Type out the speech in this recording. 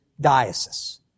diocese